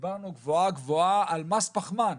דיברנו גבוהה גבוהה על מס פחמן,